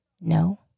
no